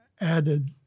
added